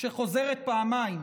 שחוזרת פעמיים,